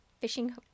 fishing